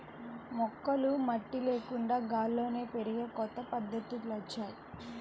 మొక్కలు మట్టి లేకుండా గాల్లోనే పెరిగే కొత్త పద్ధతులొచ్చాయ్